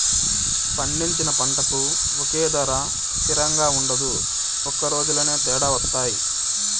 పండించిన పంటకు ఒకే ధర తిరంగా ఉండదు ఒక రోజులోనే తేడా వత్తాయి